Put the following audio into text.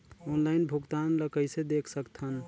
Online भुगतान ल कइसे देख सकथन?